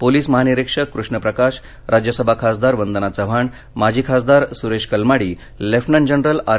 police महानिरीक्षक कृष्णप्रकाश राज्यसभा खासदार वंदना चव्हाण माजी खासदार Suresh Kalmadi lieutenant general R